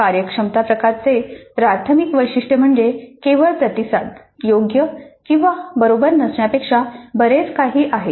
कार्यक्षमता प्रकाराचे प्राथमिक वैशिष्ट्य म्हणजे केवळ प्रतिसाद योग्य किंवा बरोबर नसण्यापेक्षा बरेच काही आहे